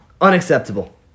Unacceptable